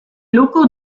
locaux